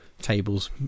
Tables